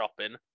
shopping